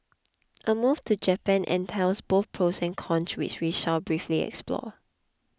a move to Japan entails both pros and cons which we shall briefly explore